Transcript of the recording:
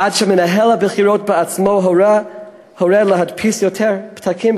עד שמנהל הבחירות בעצמו הורה להדפיס יותר פתקים,